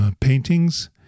Paintings